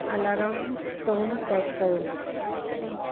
alarm tone set कयो